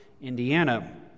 Indiana